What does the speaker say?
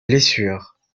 blessures